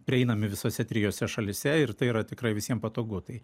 prieinami visose trijose šalyse ir tai yra tikrai visiem patogu tai